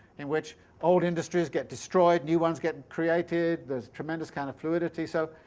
in which old industries get destroyed, new ones get created, there's tremendous kind of fluidity. so